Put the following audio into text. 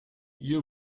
ihr